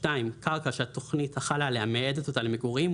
קרקע שהתוכנית החלה עליה מייעדת אותה למגורים,